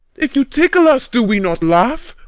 if you tickle us, do we not laugh?